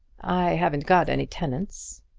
i haven't got any tenants.